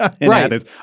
Right